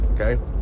Okay